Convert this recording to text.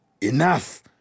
Enough